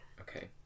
Okay